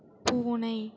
பூனை